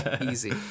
easy